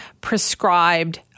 prescribed